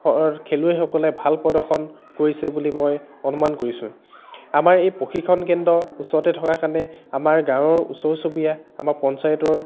খেলুৱৈসকলে ভাল প্ৰদৰ্শন কৰিছে বুলি মই অনুমান কৰিছোঁ আমাৰ এই প্ৰশিক্ষণ কেন্দ্ৰৰ ওচৰতে থকা কাৰণে আমাৰ গাৱঁৰ ওচৰ চুবুৰীয়া আমাৰ পঞ্চায়তৰ